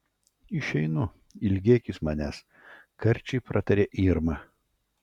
išeinu ilgėkis manęs karčiai pratarė irma